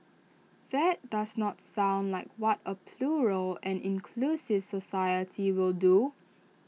that does not sound like what A plural and inclusive society will do